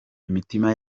imitima